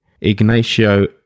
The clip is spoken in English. Ignacio